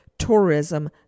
tourism